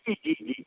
जी जी जी